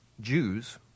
Jews